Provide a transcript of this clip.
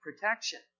protection